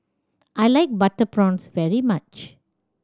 I like butter prawns very much